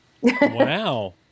Wow